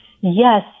yes